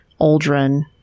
Aldrin